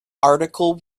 article